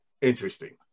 interesting